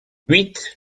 huit